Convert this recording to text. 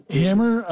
hammer